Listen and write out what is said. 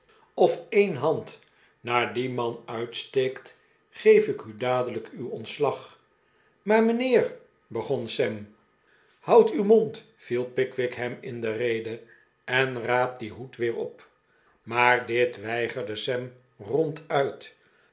of een hand naar dien man uitsteekt geef ik u dadelijk uw ontslag maar mijnheer begon sam houd uw mond viel pickwick hem in de rede en raap dien hoed weer op maar dit weigerde sam